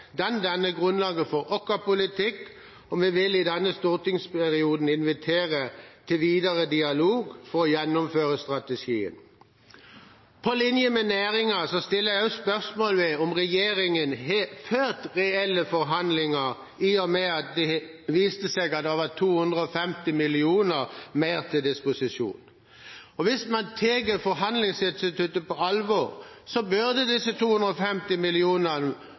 Den danner grunnlaget for vår politikk, og vi vil i denne stortingsperioden invitere til videre dialog for å gjennomføre strategien. På linje med næringen stiller jeg også spørsmål ved om regjeringen har ført reelle forhandlinger, i og med at det viste seg å være over 250 mill. kr mer til disposisjon. Hvis man tar forhandlingsinstituttet på alvor, burde disse 250